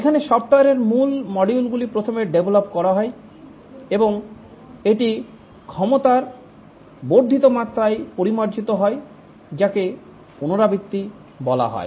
এখানে সফটওয়্যারের মূল মডিউলগুলি প্রথমে ডেভলপ করা হয় এবং এটি ক্ষমতার বর্ধিত মাত্রায় পরিমার্জিত হয় যাকে পুনরাবৃত্তি বলা হয়